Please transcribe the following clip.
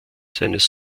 seines